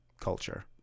culture